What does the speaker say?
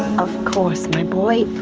of course my boy,